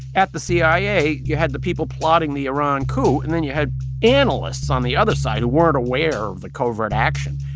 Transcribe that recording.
at the cia, you had the people plotting the iran coup, and then you had analysts on the other side who weren't aware of the covert action.